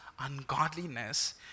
ungodliness